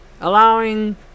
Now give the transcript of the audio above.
allowing